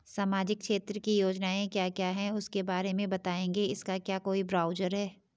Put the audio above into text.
सामाजिक क्षेत्र की योजनाएँ क्या क्या हैं उसके बारे में बताएँगे इसका क्या कोई ब्राउज़र है?